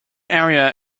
area